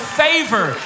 favor